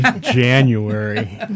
January